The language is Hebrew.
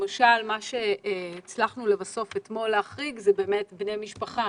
למשל מה הצלחנו לבסוף אתמול להחריג זה באמת בני משפחה.